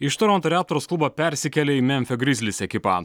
iš toronto reptors klubo persikėlė į memfio grizlis ekipą